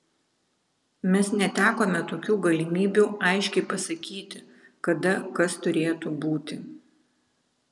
mes netekome tokių galimybių aiškiai pasakyti kada kas turėtų būti